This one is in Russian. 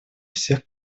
всех